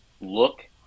look